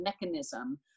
mechanism